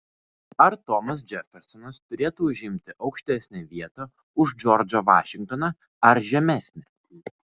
ar tomas džefersonas turėtų užimti aukštesnę vietą už džordžą vašingtoną ar žemesnę